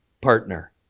partner